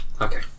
Okay